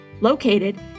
located